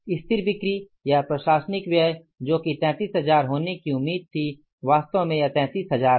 स्थिर बिक्री या प्रशासनिक व्यय जो कि 33000 होने की उम्मीद थी वास्तव में यह 33३00 है